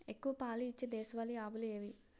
ఎక్కువ పాలు ఇచ్చే దేశవాళీ ఆవులు ఏవి?